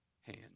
hand